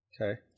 okay